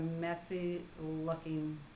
messy-looking